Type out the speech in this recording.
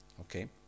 Okay